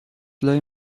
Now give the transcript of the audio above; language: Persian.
لای